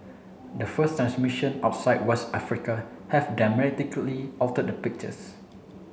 the first transmission outside West Africa have dramatically altered the pictures